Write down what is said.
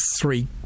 Three